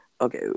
Okay